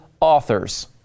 authors